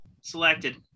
selected